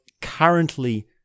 currently